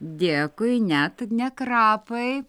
dėkui ne t ne krapai